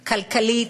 כלכלית,